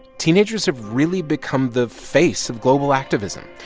teenagers have really become the face of global activism.